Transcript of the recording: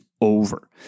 over